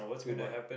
to buy